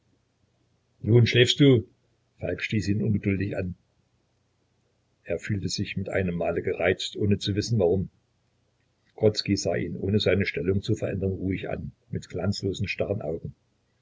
nun schläfst du falk stieß ihn ungeduldig an er fühlte sich mit einem male gereizt ohne zu wissen warum grodzki sah ihn ohne seine stellung zu verändern ruhig an mit glanzlosen starren augen